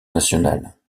nationale